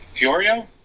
Fiorio